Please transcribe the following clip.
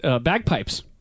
Bagpipes